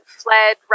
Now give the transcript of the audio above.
fled